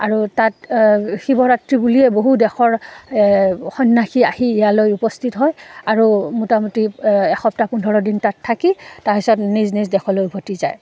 আৰু তাত শিৱৰাত্ৰি বুলিয়ে বহু দেশৰ সন্ন্যাসী আহি ইয়ালৈ উপস্থিত হয় আৰু মোটামুটি এসপ্তাহ পোন্ধৰ দিন তাত থাকি তাৰপিছত নিজ নিজ দেশলৈ উভটি যায়